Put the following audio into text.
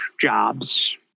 jobs